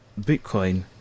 Bitcoin